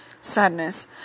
sadness